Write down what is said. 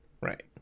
Right